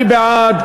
מי בעד?